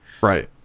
right